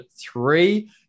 three